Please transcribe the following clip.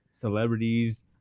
Celebrities